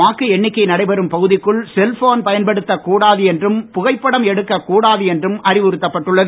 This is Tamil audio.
வாக்க எண்ணிக்கை நடைபெறும் பகுதிக்குள் செல்போன் பயன்படுத்தக்கூடாது என்றும் புகைப்படம் எடுக்க கூடாது என்றும் அறிவுறுத்தப்பட்டுள்ளது